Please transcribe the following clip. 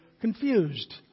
confused